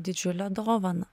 didžiulę dovaną